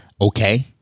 okay